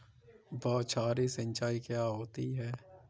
बौछारी सिंचाई क्या होती है?